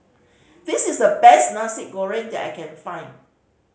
this is the best Nasi Goreng that I can find